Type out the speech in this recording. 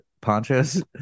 Ponchos